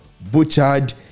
butchered